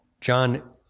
John